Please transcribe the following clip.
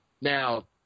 Now